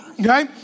Okay